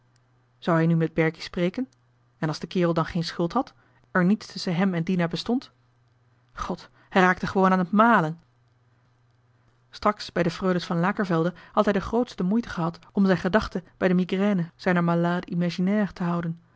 zou hij nu met berkie spreken en als de kerel dan geen schuld had er niets tusschen hem en dina bestond god hij raakte gewoon aan het malen straks bij de freules van lakervelde had hij de grootste moeite gehad om zijn gedachten bij de migraine van zijn malade imaginaire te houden